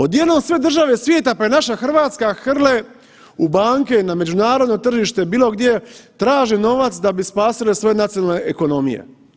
Odjednom sve države svijeta pa i naša Hrvatska hrle u banke na međunarodno tržište, bilo gdje traže novac da bi spasile svoje nacionalne ekonomije.